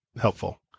helpful